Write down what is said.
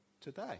today